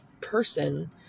person